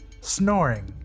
snoring